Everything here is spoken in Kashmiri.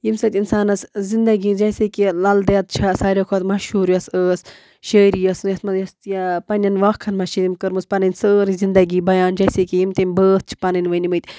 ییٚمہِ سۭتۍ اِنسانَس زنٛدگی جیسے کہِ لل دٮ۪د چھےٚ سارِوٕے کھۄتہٕ مَشہوٗر یۄس ٲس شٲعری ٲس یَتھ منٛز یۄس یہِ پنٕنٮ۪ن واکھَن منٛز چھِ أمۍ کٔرمٕژ پَنٕنۍ سٲرٕے زنٛدگی بَان جیسے کہِ یِم تٔمۍ بٲتھ چھِ پَنٕنۍ ؤنۍمٕتۍ